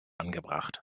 angebracht